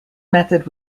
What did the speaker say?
method